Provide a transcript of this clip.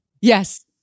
yes